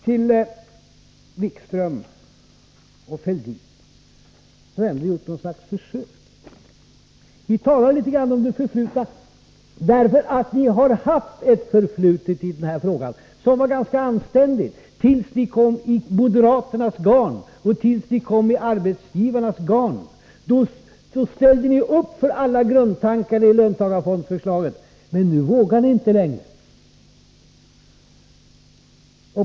Till Jan-Erik Wikström och Thorbjörn Fälldin, som ändå gjort något slags försök: Ni talade litet grand om det förflutna, för ni har ju haft ett förflutet i den här frågan som var ganska anständigt — tills ni hamnade i moderaternas och arbetsgivarnas garn — och då ni ställde upp för alla grundtankar i löntagarfondsförslaget. Men nu vågar ni inte längre.